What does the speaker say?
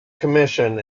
commission